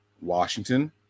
washington